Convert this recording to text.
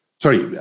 Sorry